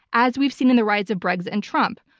as we've seen in the rise of brexit and trump.